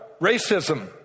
racism